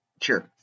Sure